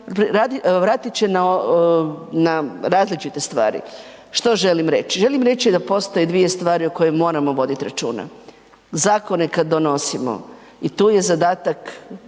vratit će na različite stvari. Što želim reći? Želim reći da postoje dvije stvari o kojima moramo voditi računa. Zakone kad donosimo i tu je zadatak